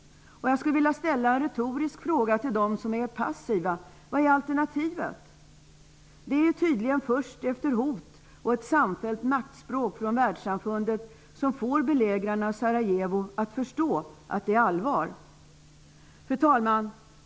Jag skulle vilja ställa en fråga till dem som är passiva: Vad är alternativet? Det är tydligen först efter hot och ett samfällt maktspråk från världssamfundet som belägrarna av Sarajevo förstår att det är allvar. Fru talman!